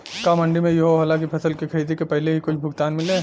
का मंडी में इहो होला की फसल के खरीदे के पहिले ही कुछ भुगतान मिले?